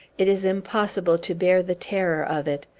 it is impossible to bear the terror of it.